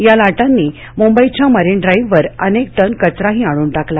या लाटांनी मुंबईच्या मरीन ड्राईव्हवर अनेक टन कचराही आणून टाकला